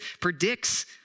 predicts